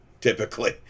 typically